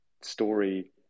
story